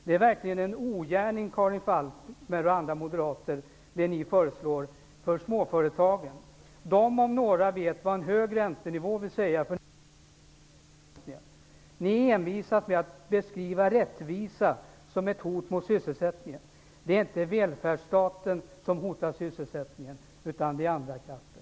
Det som Karin Falkmer och andra moderater föreslår är verkligen en ogärning mot småföretagen. De om några vet vad en hög räntenivå vill säga. Ni envisas med att beskriva rättvisa som ett hot mot sysselsättningen. Det är inte välfärdsstaten som hotar sysselsättningen, utan det är andra krafter.